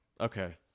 Okay